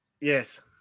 Yes